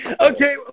okay